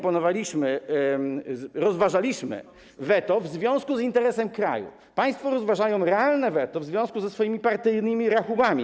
ponieważ my rozważaliśmy weto w związku z interesem kraju, państwo rozważają realne weto w związku ze swoimi partyjnymi rachubami.